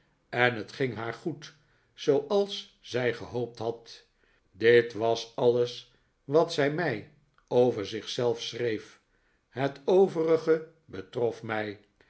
en het ging haar goed zooals zij gehoopt had dit was alles wat zij mij over zich zelf schreef ht overige betrof mij